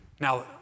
now